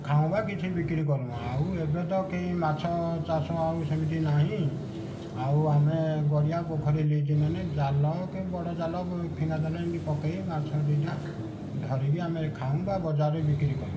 ଖାଉ ବା କିଛି ବିକ୍ରି କରୁ ଆଉ ଏବେ ତ କେହି ମାଛ ଚାଷ ଆଉ ସେମିତି ନାହିଁ ଆଉ ଆମେ ଗଡ଼ିଆ ପୋଖରୀ ଲିଜ୍ ନେନେ ଜାଲ କି ବଡ଼ ଜାଲ ବା ଫିଙ୍ଗା ଜାଲ ଏମିତି ପକେଇ ମାଛ ଦୁଇଟା ଧରିକି ଆମେ ଖାଉ ବା ବଜାରରେ ବିକ୍ରି କରୁ